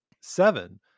seven